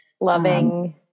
loving